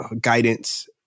guidance